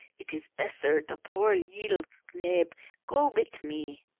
it is besser the poor leedle knabe go mit me!